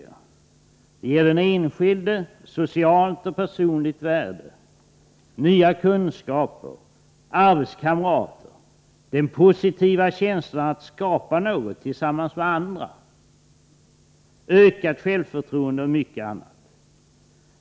Det ger den enskilde socialt och personligt värde, nya kunskaper, arbetskamrater, den positiva känslan att skapa något tillsammans med andra, ökat självförtroende och mycket annat.